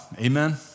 amen